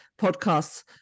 podcasts